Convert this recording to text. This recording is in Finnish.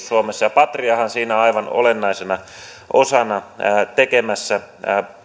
suomessa ja patriahan siinä on aivan olennaisena osana tekemässä